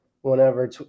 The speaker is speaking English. whenever